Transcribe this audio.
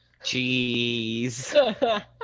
Jeez